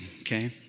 Okay